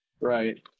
Right